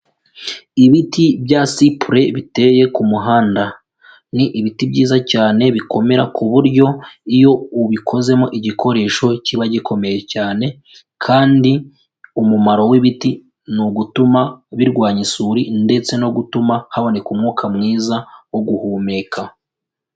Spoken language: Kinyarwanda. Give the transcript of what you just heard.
Ibiti bya sipure biteye ku muhanda. Ni ibiti byiza cyane bikomera ku buryo iyo ubikozemo igikoresho kiba gikomeye cyane kandi umumaro w'ibiti ni ugutuma birwanya isuri ndetse no gutuma haboneka umwuka mwiza wo guhumeka.